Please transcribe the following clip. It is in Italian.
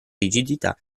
rigidità